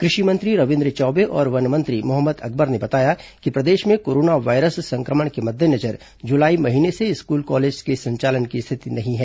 कृषि मंत्री रविन्द्र चौबे और वन मंत्री मोहम्मद अकबर ने बताया कि प्रदेश में कोरोना वायरस सं क्र मण के मद्देनजर जुलाई महीने से स्कूल कॉलेज के संचालन की स्थिति नहीं है